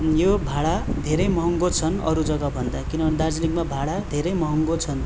यो भाडा धेरै महँगो छन् अरू जग्गा भन्दा किनभने दार्जिलिङमा भाडा धेरै महँगो छन्